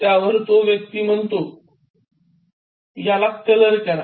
त्यावर तो वृद्ध व्यक्ती म्हणालायाला कलर करा